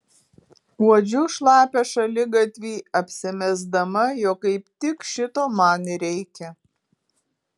uodžiu šlapią šaligatvį apsimesdama jog kaip tik šito man ir reikia